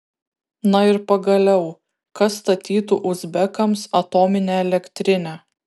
na ir pagaliau kas statytų uzbekams atominę elektrinę